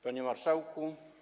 Panie Marszałku!